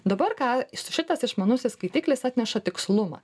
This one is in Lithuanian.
dabar ką šitas išmanusis skaitiklis atneša tikslumą